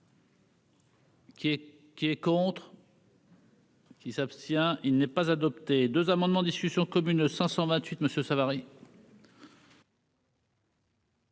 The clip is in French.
Qui est contre. Qui s'abstient, il n'est pas adopté 4 amendements en discussion commune le 721 madame